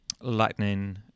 Lightning